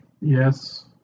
Yes